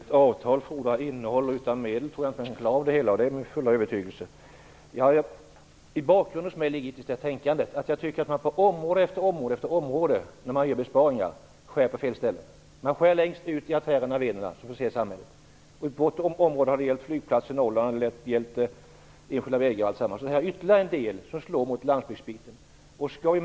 Fru talman! Även ett avtal fordrar innehåll, och utan medel tror jag inte att man klarar av det hela - det är min övertygelse. Bakgrunden till detta tänkande är att jag tycker att man på område efter område skär på fel ställen när man gör besparingar. Man skär längst ut i samhällets artärer och vener. Det har gällt flygplatser i Norrland, det har gällt enskilda vägar. Det här är ytterligare en besparing som slår mot landsbygden.